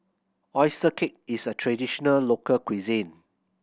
oyster cake is a traditional local cuisine